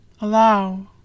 allow